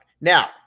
Now